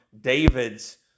David's